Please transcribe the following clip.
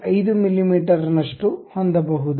5 ಮಿಮೀ ನಷ್ಟು ಹೊಂದಬಹುದು